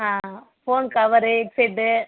ah phone cover headset